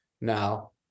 Now